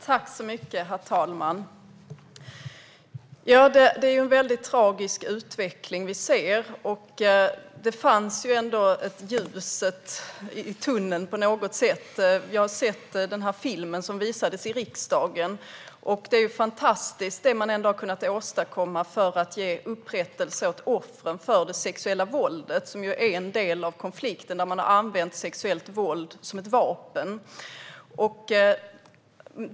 Herr talman! Det är en väldigt tragisk utveckling vi ser, men det finns ändå ett ljus i tunneln på något sätt. Jag har sett filmen som visades i riksdagen. Det är fantastiskt det man ändå har kunnat åstadkomma för att ge upprättelse åt offren för det sexuella våldet som är en del av konflikten. Man har använt sexuellt våld som ett vapen.